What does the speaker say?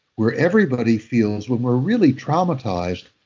where everybody feels, when we're really traumatized,